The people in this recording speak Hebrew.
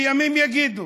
וימים יגידו.